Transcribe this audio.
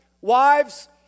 Wives